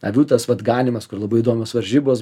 avių tas vat ganymas kur labai įdomios varžybos